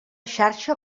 xarxa